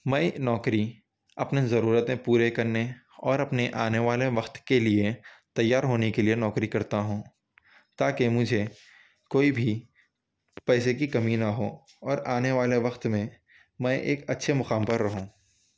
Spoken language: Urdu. میں نوکری اپنے ضرورتیں پورے کرنے اور اپنے آنے والے وقت کے لئے تیار ہونے کے لئے نوکری کرتا ہوں تاکہ مجھے کوئی بھی پیسے کی کمی نہ ہو اور آنے والے وقت میں میں ایک اچھے مقام پر رہوں